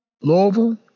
Louisville